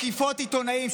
תקיפות עיתונאים,